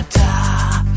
top